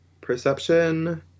Perception